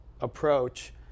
approach